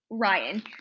ryan